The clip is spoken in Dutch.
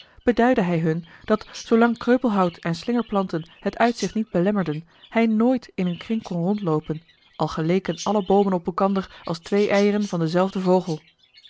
beduidde hij hun dat zoolang kreupelhout en slingerplanten het uitzicht niet belemmerden hij nooit in een kring kon rondloopen al geleken alle boomen op elkander als twee eieren van denzelfden vogel